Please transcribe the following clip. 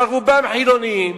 אבל רובם חילונים,